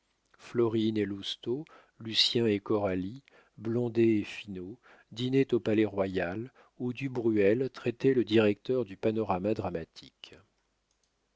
florine et lousteau lucien et coralie blondet et finot dînaient au palais-royal où du bruel traitait le directeur du panorama dramatique